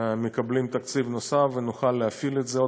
מקבלים תקציב נוסף ונוכל להפעיל את זה.